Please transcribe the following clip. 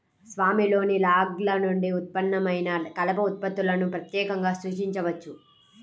స్వామిలోని లాగ్ల నుండి ఉత్పన్నమైన కలప ఉత్పత్తులను ప్రత్యేకంగా సూచించవచ్చు